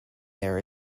there